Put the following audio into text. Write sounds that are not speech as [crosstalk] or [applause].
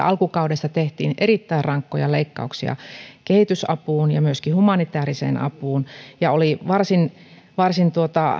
[unintelligible] alkukaudesta tehtiin erittäin rankkoja leikkauksia kehitysapuun ja myöskin humanitääriseen apuun ja oli varsin varsin